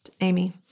Amy